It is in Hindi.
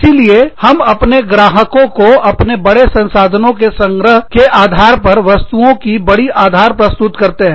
इसीलिए हम अपने ग्राहकों को अपने बड़े संसाधनों के संग्रह के आधार पर वस्तुओं की बड़ी आधार प्रस्तुत करते हैं